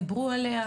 דיברו עליה?